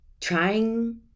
trying